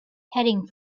heading